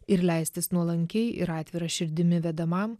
ir leistis nuolankiai ir atvira širdimi vedamam